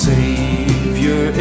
Savior